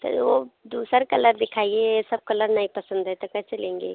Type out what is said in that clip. चलो दूसरा कलर दिखाइए ये सब कलर नहीं पसंद है तो कैसे लेंगे